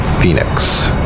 Phoenix